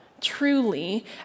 truly